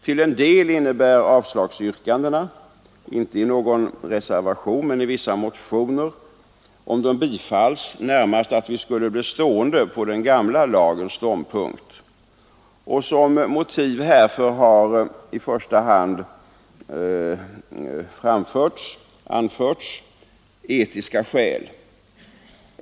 Till en del innebär avslagsyrkandena — inte i någon reservation men i vissa motioner — om de bifalls närmast att vi skulle bli stående på den gamla lagens ståndpunkt. Som motiv anförs i första hand etiska skäl.